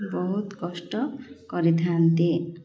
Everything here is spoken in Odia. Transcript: ବହୁତ କଷ୍ଟ କରିଥାନ୍ତି